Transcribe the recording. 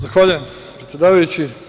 Zahvaljujem, predsedavajući.